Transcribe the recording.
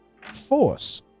force